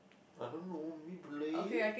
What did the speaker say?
I don't know maybe leh